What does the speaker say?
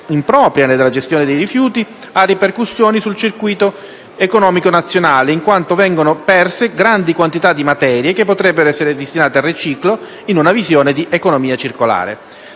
ambientali. Questa filiera impropria della gestione dei rifiuti ha ripercussioni sul circuito economico nazionale, in quanto vengono perse grandi quantità di materie che potrebbero essere destinate al riciclo, in una visione di economia circolare.